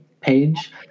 page